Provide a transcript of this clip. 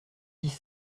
dix